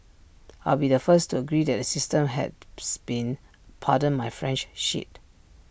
I'll be the first to agree that the system has been pardon my French shit